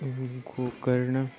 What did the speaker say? Gokarna